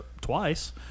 twice